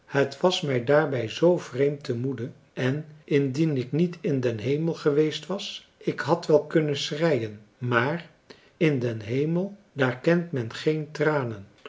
het was mij daarbij zoo vreemd te moede en indien ik niet in den hemel geweest was ik had wel kunnen schreien maar in den hemel daar kent men geen tranen